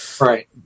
right